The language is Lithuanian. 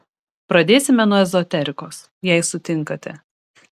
pradėsime nuo ezoterikos jei sutinkate